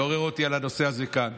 עורר אותי על הנושא הזה כאן.